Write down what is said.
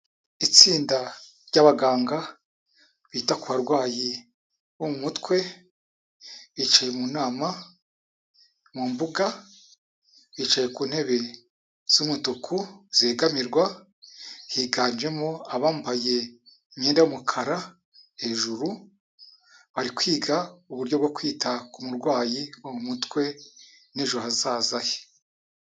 Itsinda ry'abaganga bita ku barwayi bo mu mutwe bicaye mu nama mu mbuga bicaye ku ntebe z'umutuku zegamirwa higanjemo abambaye imyenda y'umukara hejuru bari kwiga uburyo bwo kwita ku murwayi wo mu mutwe n'ejo hazaza he.